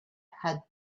had